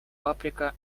paprika